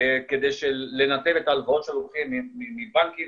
כדי לנתב את ההלוואות שלוקחים מבנקים